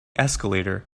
escalator